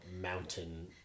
mountain